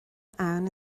abhainn